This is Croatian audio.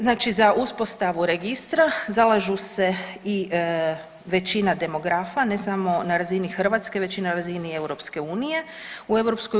Znači za uspostavu registra zalažu se i većina demografa ne samo na razini Hrvatske već i na razini Europske unije.